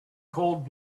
cold